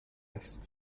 است